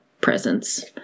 presence